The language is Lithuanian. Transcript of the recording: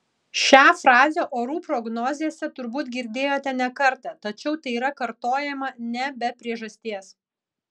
šią frazę orų prognozėse turbūt girdėjote ne kartą tačiau tai yra kartojama ne be priežasties